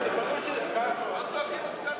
מה שאתה מבקש,